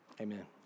amen